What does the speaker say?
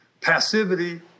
Passivity